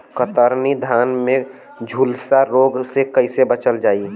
कतरनी धान में झुलसा रोग से कइसे बचल जाई?